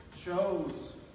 chose